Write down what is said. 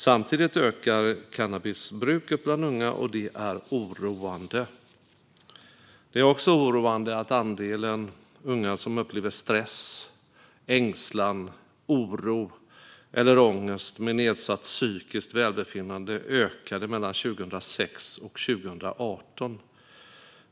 Samtidigt ökar cannabisbruket bland unga, och det är oroande. Det är också oroande att andelen unga som upplever stress, ängslan, oro eller ångest med nedsatt psykiskt välbefinnande ökade 2006-2018.